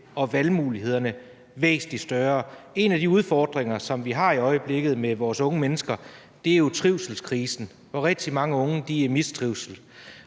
og valgmulighederne væsentlig større. En af de udfordringer, som vi har i øjeblikket med vores unge mennesker, er jo trivselskrisen, hvor rigtig mange unge er i mistrivsel.